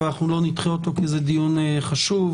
לא נדחה אותו, כי זה דיון חשוב.